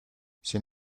sin